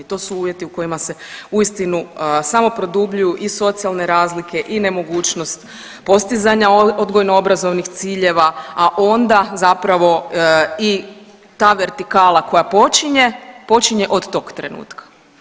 To su uvjeti u kojima se uistinu samo produbljuju i socijalne razlike i nemogućnost postizanja odgojno-obrazovnih ciljeva, a onda zapravo i ta vertikala koja počinje, počinje od tog trenutka.